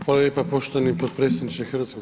Hvala lijepa poštovani potpredsjedniče HS.